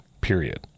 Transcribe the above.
Period